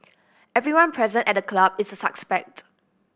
everyone present at the club is suspect